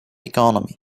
economy